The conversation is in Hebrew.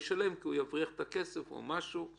ישלם את החוב, כי הוא יבריח את הכסף או משהו אחר.